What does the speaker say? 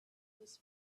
was